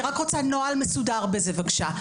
אני רק רוצה נוהל מסודר בזה בבקשה,